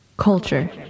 Culture